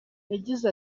yagize